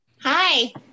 Hi